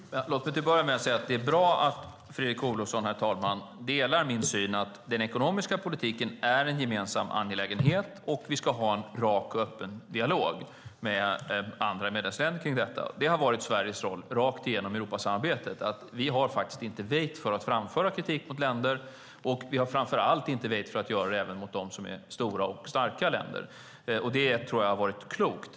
Herr talman! Låt mig till att börja med säga att det är bra att Fredrik Olovsson delar min syn att den ekonomiska politiken är en gemensam angelägenhet och att vi ska ha en rak och öppen dialog med andra medlemsländer kring detta. Det har varit Sveriges roll rakt igenom Europasamarbetet. Vi har faktiskt inte väjt för att framföra kritik mot länder, och vi har framför allt inte väjt för att göra det även mot stora och starka länder. Det tror jag har varit klokt.